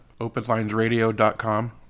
OpenLinesRadio.com